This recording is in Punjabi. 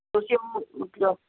ਤੁਸੀਂ ਮਤਲਬ